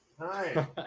hi